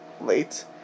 late